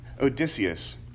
Odysseus